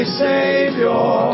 savior